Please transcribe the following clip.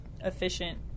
efficient